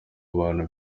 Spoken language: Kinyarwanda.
abantu